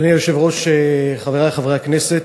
אדוני היושב-ראש, חברי חברי הכנסת,